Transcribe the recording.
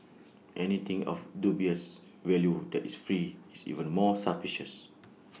anything of dubious value that is free is even more suspicious